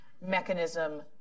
mechanism